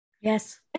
Yes